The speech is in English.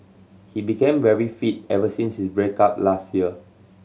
he became very fit ever since his break up last year